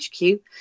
HQ